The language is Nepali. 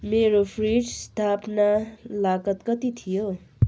मेरो फ्रिज स्थापना लागत कति थियो